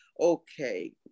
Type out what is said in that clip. okay